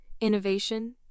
innovation